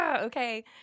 okay